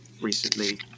recently